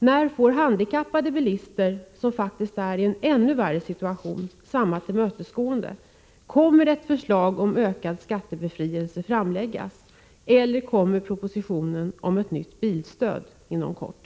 När får handikappade bilister, som faktiskt är i en ännu värre situation, samma tillmötesgående? Kommer ett förslag om ökad skattebefrielse att framläggas? Eller kommer propositionen om ett nytt bilstöd att framläggas inom kort?